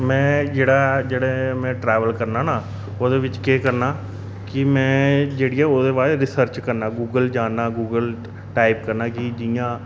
मैं जेह्ड़ा जेह्ड़े मे ट्रैवल करना न ओह्दे बिच्च केह् करना कि में जेह्ड़ी ऐ ओह्दे बाद रिसर्च करना गूगल जाना गूगल टाइप करना कि जियां